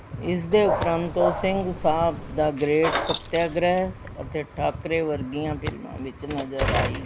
ਇਸ ਦੇ ਉਪਰੰਤ ਉਹ ਸਿੰਘ ਸਾਬ ਦਾ ਗ੍ਰੇਟ ਸੱਤਿਆਗ੍ਰਹਿ ਅਤੇ ਠਾਕਰੇ ਵਰਗੀਆਂ ਫਿਲਮਾਂ ਵਿੱਚ ਨਜ਼ਰ ਆਈ